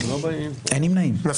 הצבעה לא אושרה נפל.